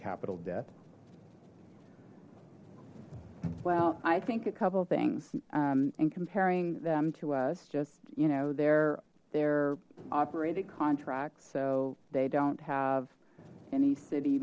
capital debt well i think a couple things and comparing them to us just you know they're they're operated contracts so they don't have any city